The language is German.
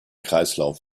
kreislauf